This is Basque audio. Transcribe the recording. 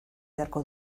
beharko